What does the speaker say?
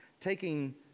taking